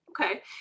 Okay